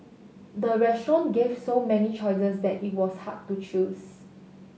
the restaurant gave so many choices that it was hard to choose